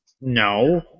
No